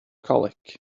colic